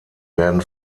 werden